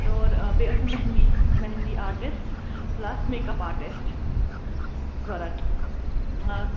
اور بیٚیہِ ٲسۍ مہندی مہندی آرٹِسٹہٕ پٔلَس میک اَپ آرٹِسٹہٕ ضروٗرت